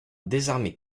désarmer